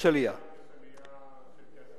יש עלייה של כ-10%.